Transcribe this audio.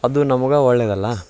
ಅದು ನಮ್ಗೇ ಒಳ್ಳೆಯದಲ್ಲ